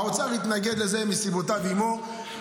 האוצר התנגד לזה, וסיבותיו עימו.